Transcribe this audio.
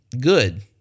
good